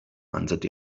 answered